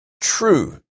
true